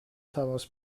تماس